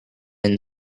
and